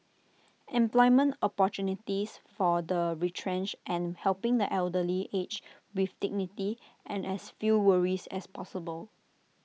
employment opportunities for the retrenched and helping the elderly age with dignity and as few worries as possible